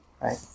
right